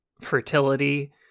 fertility